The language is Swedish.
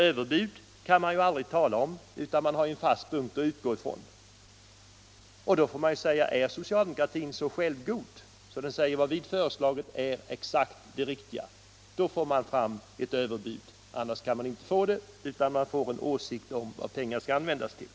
Överbud kan man aldrig tala om utan att ha en fast punkt att utgå ifrån. Är socialdemokratin så självgod att den säger: ”Vad vi föreslagit är exakt det riktiga?” Då kan man få fram ett överbud, annars blir det en åsikt om vad pengar skall användas till.